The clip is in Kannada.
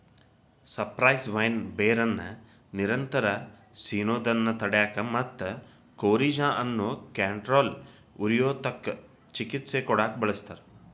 ಸೈಪ್ರೆಸ್ ವೈನ್ ಬೇರನ್ನ ನಿರಂತರ ಸಿನೋದನ್ನ ತಡ್ಯಾಕ ಮತ್ತ ಕೋರಿಜಾ ಅನ್ನೋ ಕ್ಯಾಟರಾಲ್ ಉರಿಯೂತಕ್ಕ ಚಿಕಿತ್ಸೆ ಕೊಡಾಕ ಬಳಸ್ತಾರ